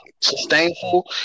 sustainable